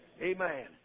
Amen